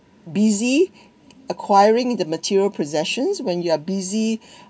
busy acquiring the material possessions when you're busy